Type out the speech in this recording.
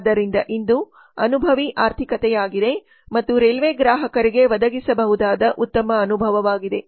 ಆದ್ದರಿಂದ ಇಂದು ಅನುಭವಿ ಆರ್ಥಿಕತೆಯಾಗಿದೆ ಮತ್ತು ರೈಲ್ವೆ ಗ್ರಾಹಕರಿಗೆ ಒದಗಿಸಬಹುದಾದ ಉತ್ತಮ ಅನುಭವವಾಗಿದೆ